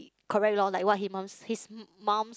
correct lor like what he mum's his mum's